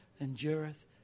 endureth